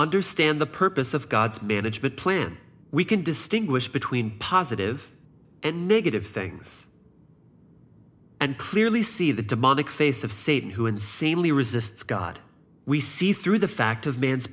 understand the purpose of god's management plan we can distinguish between positive and negative things and clearly see the demonic face of satan who insanely resists god we see through the fact of man's